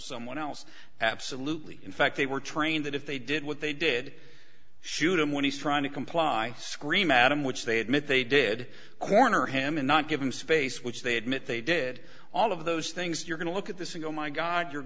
someone else absolutely in fact they were trained that if they did what they did shoot him when he's trying to comply scream at him which they admit they did corner him and not give him space which they admit they did all of those things you're going to look at this in oh my god you're